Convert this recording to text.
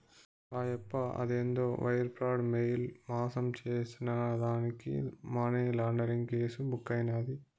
ఆయప్ప అదేందో wire fraud, mail మాసం చేసినాడాని మనీలాండరీంగ్ కేసు బుక్కైనాది